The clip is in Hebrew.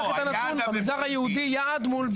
במגזר היהודי יעד מול ביצוע.